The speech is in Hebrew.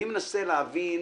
אני מנסה להבין